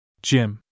Jim